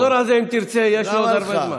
הוא יחזור על זה אם תרצה, יש עוד הרבה זמן.